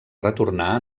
retornar